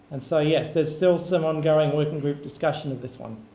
and so, yes, there's still some ongoing working group discussion of this one.